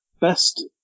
Best